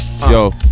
Yo